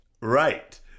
Right